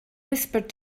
whispered